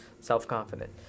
self-confident